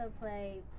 play